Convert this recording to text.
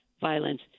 violence